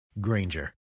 Granger